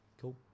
Cool